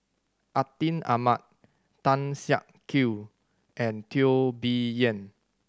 Atin Amat Tan Siak Kew and Teo Bee Yen